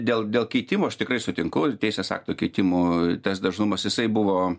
dėl dėl keitimų aš tikrai sutinku teisės aktų keitimų tas dažnumas jisai buvo